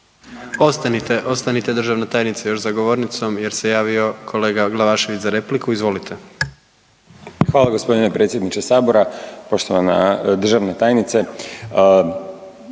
ostanite državna tajnice još za govornicom jer se javio kolega Glavašević za repliku, izvolite. **Glavašević, Bojan (Nezavisni)** Hvala g. predsjedniče sabora, poštovana državna tajnice.